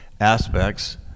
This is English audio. aspects